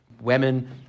women